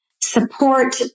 support